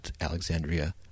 Alexandria